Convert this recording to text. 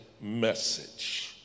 message